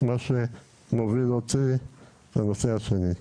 מה שמוביל אותי לנושא השני.